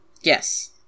yes